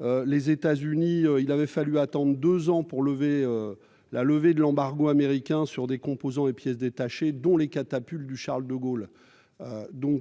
en 2003, qu'il avait fallu attendre deux ans pour lever l'embargo américain sur certains composants et pièces détachées, dont les catapultes du Charles-de-Gaulle.